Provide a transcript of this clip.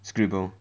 scribble